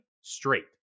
straight